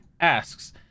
asks